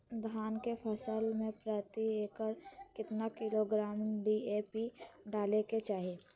धान के फसल में प्रति एकड़ कितना किलोग्राम डी.ए.पी डाले के चाहिए?